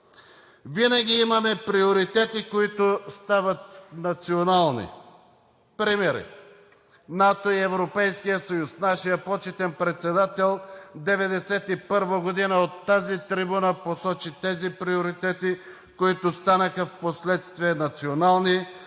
Винаги имаме приоритети, които стават национални. Примери: НАТО и Европейския съюз – нашият почетен председател през 1991 г. от тази трибуна посочи тези приоритети, които станаха впоследствие национални,